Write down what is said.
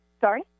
Sorry